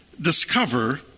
discover